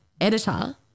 editor –